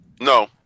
No